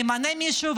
נמנה מישהו,